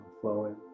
flowing